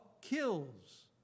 kills